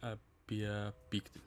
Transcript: apie pyktį